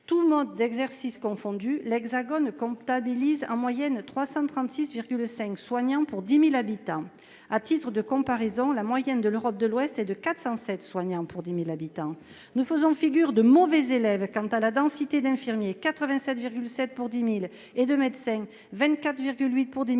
tous modes d'exercice confondus, l'Hexagone compte en moyenne 336,5 soignants pour 10 000 habitants. À titre de comparaison, la moyenne en Europe de l'Ouest est de 407 soignants pour 10 000 habitants. Nous faisons figure de mauvais élèves en termes de densité en infirmiers- nous en comptons 87,7 pour 10 000